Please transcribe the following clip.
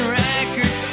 record